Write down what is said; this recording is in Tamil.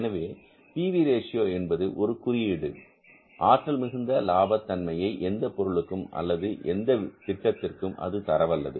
எனவே பி வி ரேஷியோ என்பது ஒரு குறியீடு ஆற்றல் மிகுந்த லாப தன்மையை எந்த பொருளுக்கும் அல்லது எந்த திட்டத்திற்கும் அது தரவல்லது